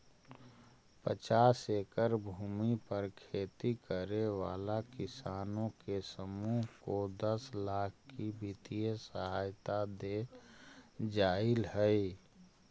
पचास एकड़ भूमि पर खेती करे वाला किसानों के समूह को दस लाख की वित्तीय सहायता दे जाईल हई